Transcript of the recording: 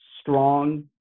strong